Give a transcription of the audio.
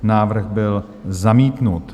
Návrh byl zamítnut.